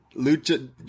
lucha